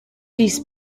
this